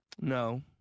No